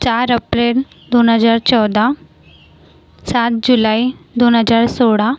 चार अप्रेन दोन हजार चौदा सात जुलाई दोन हजार सोळा